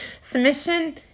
submission